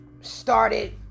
started